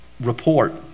report